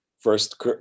first